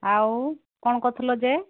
ଆଉ କ'ଣ କରୁଥିଲ ଯେ